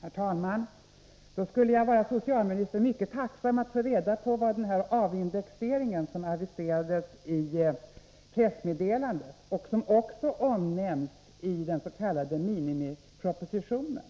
Herr talman! Då skulle jag vara mycket tacksam om jag av socialministern kunde få reda på vad den avindexering som aviserats i pressmeddelandet och som också omnämns i den s.k. minimipropositionen